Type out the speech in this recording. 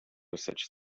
such